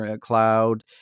Cloud